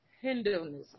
Hinduism